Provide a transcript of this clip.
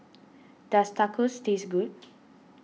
does Tacos taste good